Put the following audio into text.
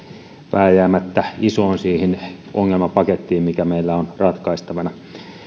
vääjäämättä isoon ongelmapakettiin mikä meillä on ratkaistavana